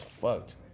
fucked